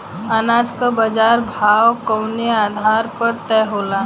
अनाज क बाजार भाव कवने आधार पर तय होला?